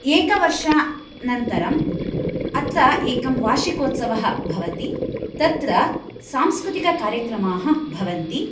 एक वर्षानन्तरम् अत्र एकं वार्षिकोत्सवः भवति तत्र सांस्कृतिक कार्यक्रमाः भवन्ति